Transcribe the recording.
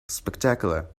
spectacular